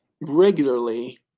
regularly